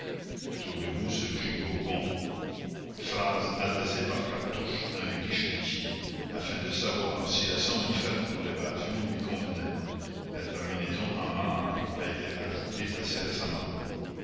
trouvez-vous ce gigot bon phrase adressée par cartouche à un guichetier afin de savoir si la somme offerte pour l'évasion lui convenait la terminaison en mar a été ajoutée assez récemment